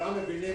שכולם מבינים